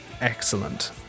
excellent